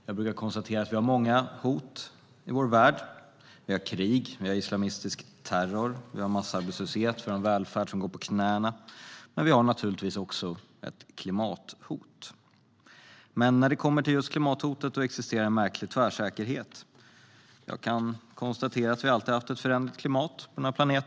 Jag brukar konstatera att det finns många hot i vår värld: krig, islamistisk terror, massarbetslöshet, en välfärd som går på knäna och naturligtvis också ett klimathot. När det gäller klimathotet existerar dock en märklig tvärsäkerhet. Jag kan konstatera att vi alltid haft ett föränderligt klimat på den här planeten.